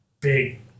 big